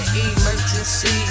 emergency